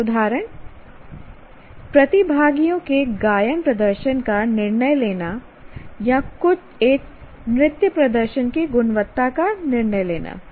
कुछ उदाहरण प्रतिभागियों के गायन प्रदर्शन का निर्णय लेना या एक नृत्य प्रदर्शन की गुणवत्ता का निर्णय लेना